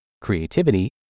creativity